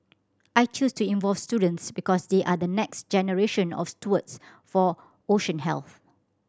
I chose to involve students because they are the next generation of stewards for ocean health